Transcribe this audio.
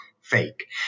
fake